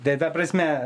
tai ta prasme